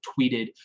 tweeted